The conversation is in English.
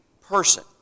person